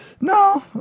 no